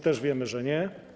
Też wiemy, że nie.